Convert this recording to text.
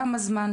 כמה זמן,